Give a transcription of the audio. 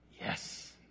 Yes